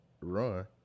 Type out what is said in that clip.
Run